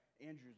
Andrew's